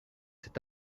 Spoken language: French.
cet